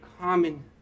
common